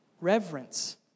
Reverence